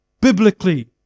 biblically